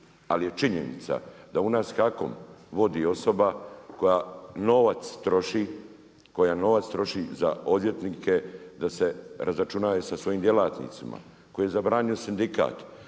Ali je činjenica da u nas HAKOM vodi osoba koja novac troši za odvjetnike da se razračunaju sa svojim djelatnicima koji zabranjuje sindikat,